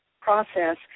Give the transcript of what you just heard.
process